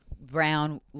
brown